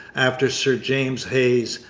after sir james hayes,